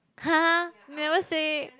!huh! never say